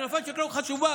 כנפיים של קרמבו חשובה,